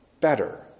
better